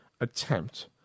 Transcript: attempt